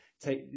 take